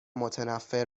متنفر